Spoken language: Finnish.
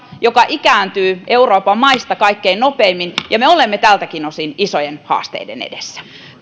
joka ikääntyy euroopan maista kaikkein nopeimmin ja me olemme tältäkin osin isojen haasteiden edessä